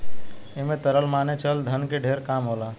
ऐमे तरल माने चल धन के ढेर काम होला